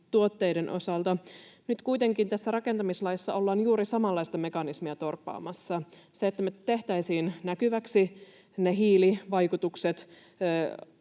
tuotteiden osalta. Nyt kuitenkin tässä rakentamislaissa ollaan juuri samanlaista mekanismia torppaamassa. Se, että me tehtäisiin näkyväksi ne hiilivaikutukset